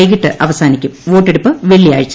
വൈകിട്ട് അവസാനിക്കും വോട്ടെടുപ്പ് വെള്ളിയാഴ്ച